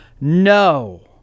No